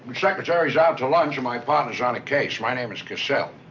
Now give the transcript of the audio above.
secretary's out to lunch, and my partner's on a case. my name is caselle.